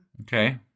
Okay